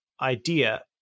idea